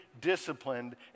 disciplined